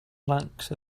planks